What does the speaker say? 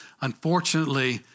Unfortunately